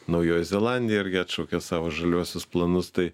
naujoji zelandija irgi atšaukė savo žaliuosius planus tai